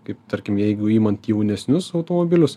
kaip tarkim jeigu imant jaunesnius automobilius